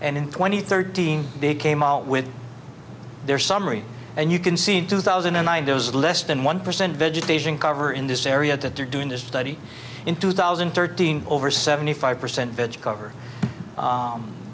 and in twenty thirteen they came out with their summary and you can see two thousand and nine those less than one percent vegetation cover in this area that they're doing this study in two thousand and thirteen over seventy five percent beds cover